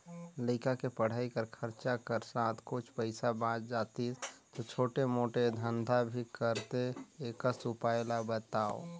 लइका के पढ़ाई कर खरचा कर साथ कुछ पईसा बाच जातिस तो छोटे मोटे धंधा भी करते एकस उपाय ला बताव?